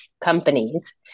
companies